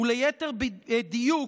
וליתר דיוק,